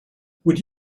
would